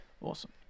Awesome